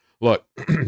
Look